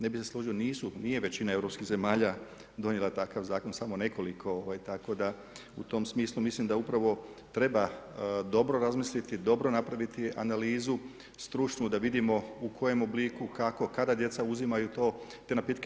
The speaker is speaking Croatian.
Ne bih se složio, nisu, nije većina europskih zemalja donijela takav zakon, samo nekoliko tako da u tom smislu mislim da upravo treba dobro razmisliti, dobro napraviti analizu stručnu da vidimo u kojem obliku, kako, kada djeca uzimaju te napitke.